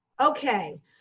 okay